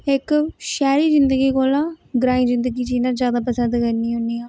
एक्क शैह्री जिंदगी कोला ग्राईंं जिंदगी जीना जादा पसंद करनी होन्नी आंं